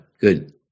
Good